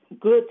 good